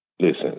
Listen